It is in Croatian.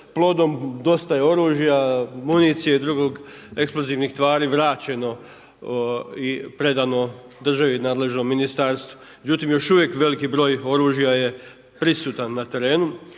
plodom. Dosta je oružja, municije, drugih eksplozivnih tvari vraćeno i predano državi, nadležnom ministarstvu. Međutim, još uvijek veliki broj oružja je prisutan na terenu.